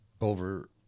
over